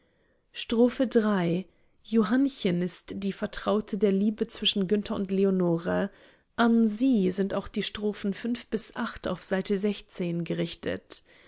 str johannchen ist die vertraute der liebe zwischen günther und leonore an sie sind auch die strophen auf s gerichtet